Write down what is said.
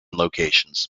locations